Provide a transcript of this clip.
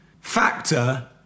factor